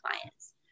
clients